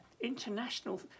international